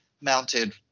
mounted